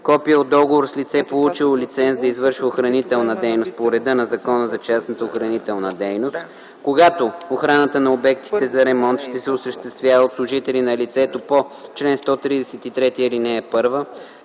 копие от договор с лице, получило лиценз да извършва охранителна дейност по реда на Закона за частната охранителна дейност; когато охраната на обектите за ремонт ще се осъществява от служители на лицето по чл. 133, ал. 1,